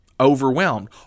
overwhelmed